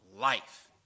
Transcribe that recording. life